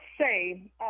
say